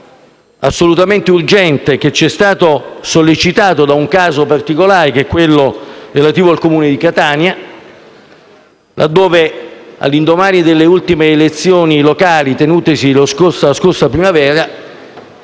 assolutamente urgente, che ci è stato sollecitato da un caso particolare, relativo al Comune di Catania, laddove all'indomani delle ultime elezioni locali tenutesi la scorsa primavera,